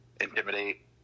Intimidate